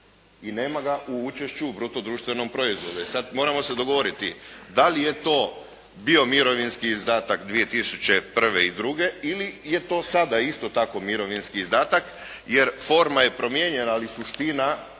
i nema ga u učešću u bruto društvenom proizvodu. E sada, moramo se dogovoriti da li je to bio mirovinski izdatak 2001. i 2002. ili je to sada isto tako mirovinski izdatak jer forma je promijenjena ali suština